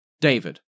David